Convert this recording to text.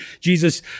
Jesus